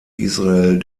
israel